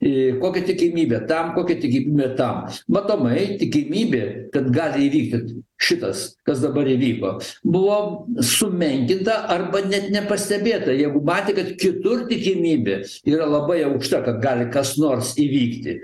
į kokia tikimybė tam kokia tikimybė tam matomai tikimybė kad gali įvykti šitas kas dabar įvyko buvo sumenkinta arba net nepastebėta jeigu matė kad kitur tikimybė yra labai aukšta kad gali kas nors įvykti